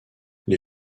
les